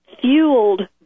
fueled